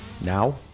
Now